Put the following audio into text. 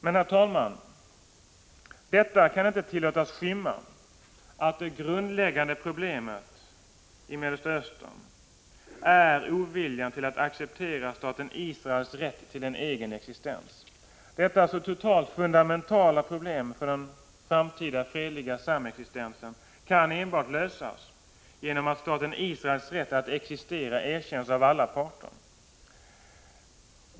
Men, herr talman, detta kan inte tillåtas skymma att det grundläggande problemet i Mellanöstern är oviljan att acceptera staten Israels rätt till en egen existens. Detta så totalt fundamentala problem för den framtida fredliga samexistensen kan enbart lösas genom att staten Israels rätt att existera erkänns av alla parter.